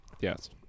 Yes